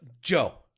Joe